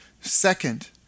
Second